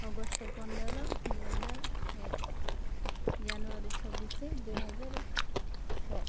August ପନ୍ଦର ଦୁଇହଜାର ଏକ ଜାନୁଆରୀ ଛବିଶ ଦୁଇହଜାର ଛଅ